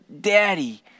daddy